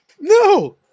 No